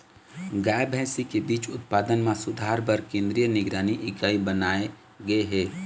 गाय, भइसी के बीज उत्पादन म सुधार बर केंद्रीय निगरानी इकाई बनाए गे हे